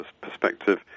perspective